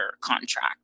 contract